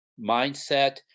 mindset